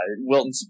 Wilton